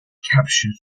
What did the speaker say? captured